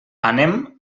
anem